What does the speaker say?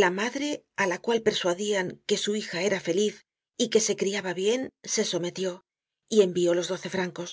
la madre á la cual persuadian que su hija era feliz y que se criaba bien se sometió y envió los doce francos